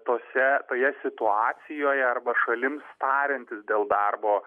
tose toje situacijoje arba šalims tariantis dėl darbo